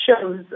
shows